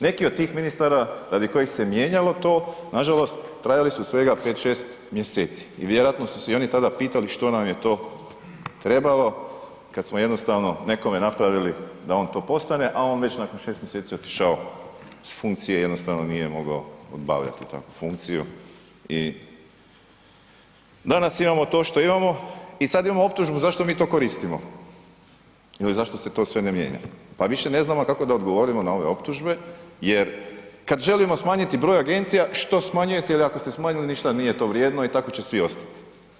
Neki od tih ministara radi kojih se mijenjalo to, nažalost, trajali su svega 5, 6 mj. i vjerojatno su se i oni tada pitali što nam je to trebalo kad smo jednostavno nekome napravili da on to postane a on već nakon 6 mj. otišao s funkcije, jednostavno nije mogao obavljati tu funkciju i danas imamo to šta imamo i sad imamo optužbu zašto mi to koristimo ili zašto se to sve ne mijenja pa više ne znamo kako da odgovorimo na ove optužbe jer kad želimo smanjiti broj agencija, što smanjujete ili ako ste smanjili, ništa nije to vrijedno, i tako će svi ostati.